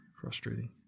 frustrating